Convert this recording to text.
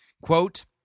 Quote